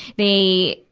they,